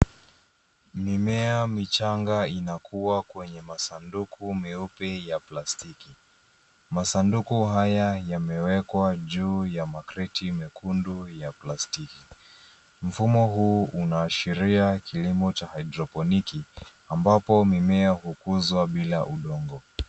Mimea michanga inakua kwenye masanduku meupe ya plastiki. Masanduku haya yamewekwa juu ya makreti mekundu ya plastiki. Mfumo huu unaashiria kilimo cha hydroponic, ambapo mimea hukuzwa bila udongo.